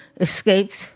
escapes